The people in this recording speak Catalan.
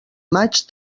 maig